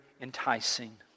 enticing